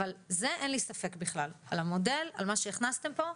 אבל אין לי ספק בכלל על המודל, על מה שכנסתם פה.